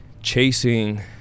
chasing